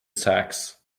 sax